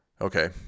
Okay